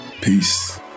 Peace